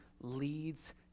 leads